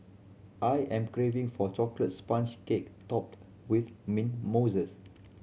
I am craving for chocolate sponge cake topped with mint mousses